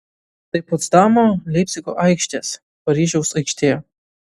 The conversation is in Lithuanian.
tai potsdamo leipcigo aikštės paryžiaus aikštė